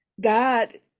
God